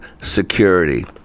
security